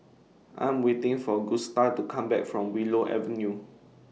I Am waiting For Gusta to Come Back from Willow Avenue